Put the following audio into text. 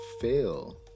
fail